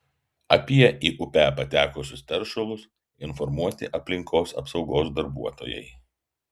apie į upę patekusius teršalus informuoti aplinkos apsaugos darbuotojai